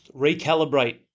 Recalibrate